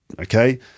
okay